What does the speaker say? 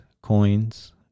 coins